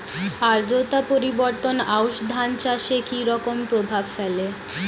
আদ্রতা পরিবর্তন আউশ ধান চাষে কি রকম প্রভাব ফেলে?